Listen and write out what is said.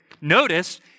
Notice